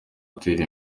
atera